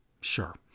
Sure